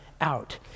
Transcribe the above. out